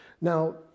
Now